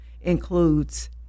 includes